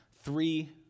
three